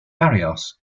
barrios